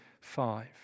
five